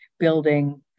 building